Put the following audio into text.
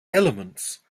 elements